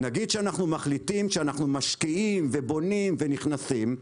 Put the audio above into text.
נגיד שאנחנו מחליטים שאנחנו משקיעים ובונים ונכנסים,